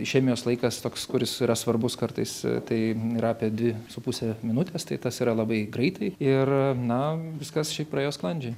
išemijos laikas toks kuris yra svarbus kartais tai yra apie dvi su puse minutės tai tas yra labai greitai ir na viskas šiaip praėjo sklandžiai